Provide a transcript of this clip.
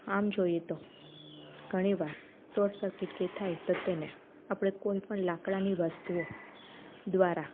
આમ જોઈએ તો ઘણી વાર સોટસર્કિટ કે થાય તો તેને આપણે કોઈ પણ લાકડાની વસ્તુઓ દ્વારા